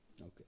Okay